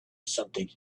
something